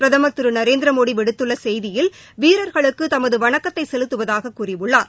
பிரதமர் திருநரேந்திரமோடிவிடுத்துள்ளடிவிட்டர் செய்தியில் வீரர்களுக்குதமதுவணக்கத்தைசெலுத்துவதாககூறியுள்ளார்